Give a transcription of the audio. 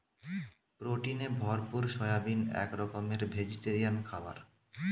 প্রোটিনে ভরপুর সয়াবিন এক রকমের ভেজিটেরিয়ান খাবার